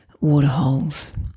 waterholes